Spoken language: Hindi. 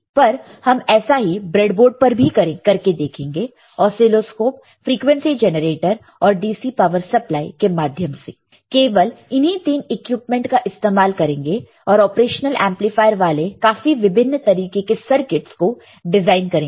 पर हम ऐसा ही ब्रेडबोर्ड पर भी करके देखेंगे ऑसीलोस्कोप फ्रिकवेंसी जेनरेटर और डीसी पावर सप्लाई के माध्यम से केवल इन्हीं तीन इक्विपमेंट का इस्तेमाल करेंगे और ऑपरेशनल एमप्लीफायर वाले काफी विभिन्न तरीके के सर्किटस को डिजाइन करेंगे